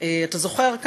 אתה זוכר?